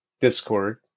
discord